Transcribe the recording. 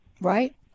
right